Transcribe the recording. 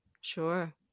Sure